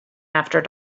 after